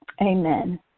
Amen